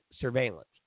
surveillance